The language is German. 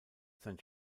sein